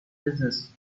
business